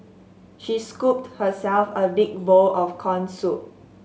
she scooped herself a big bowl of corn soup